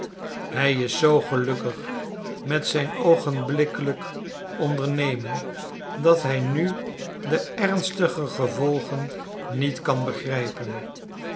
hij is zoo gelukkig met zijn oogenblikkelijk ondernemen dat hij nu de ernstige gevolgen niet zal begrijpen